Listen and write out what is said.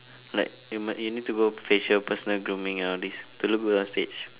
like you might you need to go facial personal grooming and all this to look good on stage